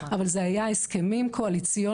אבל זה היה הסכמים קואליציוניים,